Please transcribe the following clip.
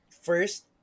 first